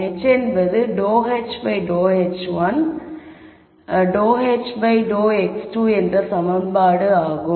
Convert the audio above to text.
h என்பது ∂h ∂x1 ∂h∂x2 என்ற சமன்பாடு ஆகும்